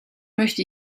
möchte